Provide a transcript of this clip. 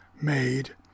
made